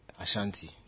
Ashanti